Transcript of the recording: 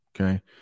okay